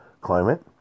climate